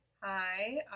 Hi